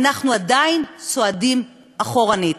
אנחנו עדיין צועדים אחורנית,